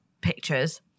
pictures